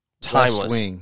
Timeless